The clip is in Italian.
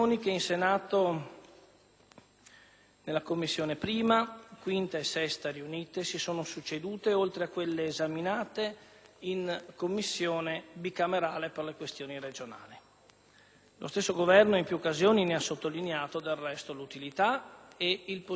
nelle Commissioni 1a, 5a e 6a riunite si sono succedute, oltre a quelle svolte nella Commissione parlamentare per le questioni regionali. Lo stesso Governo in più occasioni ne ha sottolineato, del resto, l'utilità e il positivo contributo.